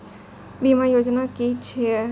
बीमा योजना कि छिऐ?